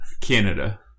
Canada